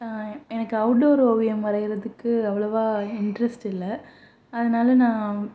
எனக்கு அவுட்டோர் ஓவியம் வரைகிறதுக்கு அவ்வளோவா இன்ட்ரஸ்ட் இல்லை அதனால் நான்